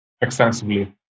extensively